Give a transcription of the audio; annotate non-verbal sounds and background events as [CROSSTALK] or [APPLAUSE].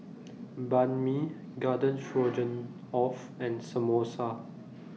Banh MI Garden [NOISE] Stroganoff and Samosa